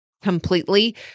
completely